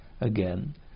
again